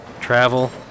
Travel